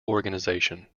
organization